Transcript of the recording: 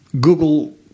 google